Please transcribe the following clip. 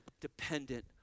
dependent